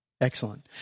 Excellent